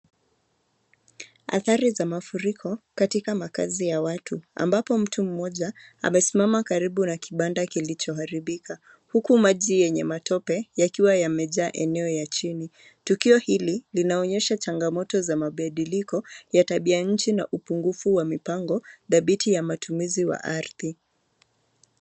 Athari za mafuriko katika makazi ya watu ambapo mtu mmoja amesimama karibu na kibanda kilichoharibika, huku maji yenye matope yakiwa yamejaa eneo ya chini. Tukio hili linaonyesha changamoto za mabadiliko ya tabia nchi na upungufu wa mipango dhabiti ya matumizi wa ardhi.